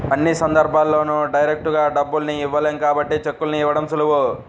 అన్ని సందర్భాల్లోనూ డైరెక్టుగా డబ్బుల్ని ఇవ్వలేం కాబట్టి చెక్కుల్ని ఇవ్వడం సులువు